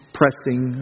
pressing